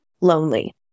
lonely